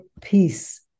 peace